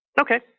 okay